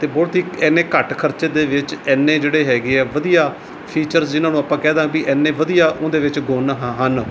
ਅਤੇ ਬਹੁਤ ਹੀ ਇੰਨੇ ਘੱਟ ਖਰਚੇ ਦੇ ਵਿੱਚ ਇੰਨੇ ਜਿਹੜੇ ਹੈਗੇ ਆ ਵਧੀਆ ਫੀਚਰ ਜਿਹਨਾਂ ਨੂੰ ਆਪਾਂ ਕਹਿਦਾਂ ਵੀ ਇੰਨੇ ਵਧੀਆ ਉਹਦੇ ਵਿੱਚ ਗੁਣ ਹਨ